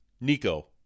Nico